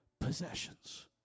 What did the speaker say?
possessions